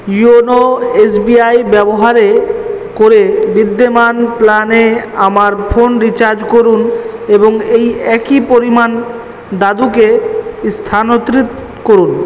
YONO SBI ব্যবহারে করে বিদ্যমান প্ল্যানে আমার ফোন রিচার্জ করুন এবং এই একই পরিমাণ দাদুকে স্থানান্তরিত করুন